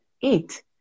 eat